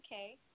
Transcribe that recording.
Okay